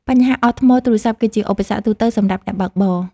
បញ្ហាអស់ថ្មទូរសព្ទគឺជាឧបសគ្គទូទៅសម្រាប់អ្នកបើកបរ។